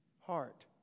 heart